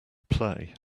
play